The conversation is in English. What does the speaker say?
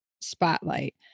spotlight